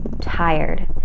tired